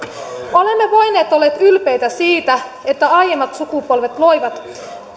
olemme voineet olla ylpeitä siitä että aiemmat sukupolvet loivat